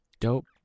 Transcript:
dope